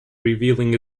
revealing